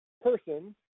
person